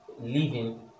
living